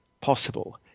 possible